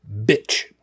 Bitch